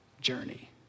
journey